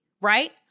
right